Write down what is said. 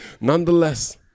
Nonetheless